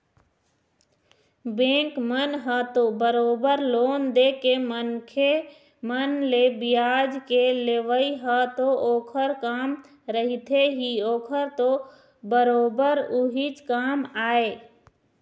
bank मन ह तो बरोबर लोन देके मनखे मन ले बियाज के लेवई ह तो ओखर काम रहिथे ही ओखर तो बरोबर उहीच काम आय